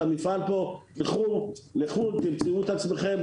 לכו לכל עבר ותמצאו את עצמכם?